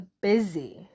busy